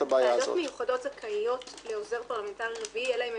לא, זה לא סימן.